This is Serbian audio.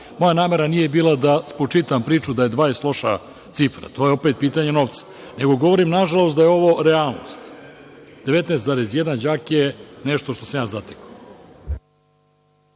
Moja namera nije bila da spočitam priču da je 20 loša cifra. To je opet pitanje novca. Govorim, nažalost, da je ovo realnost. Dakle, 19,1 đak je nešto što sam ja zatekao.